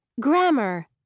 Grammar